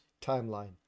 timeline